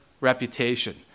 reputation